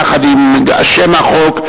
יחד עם שם החוק,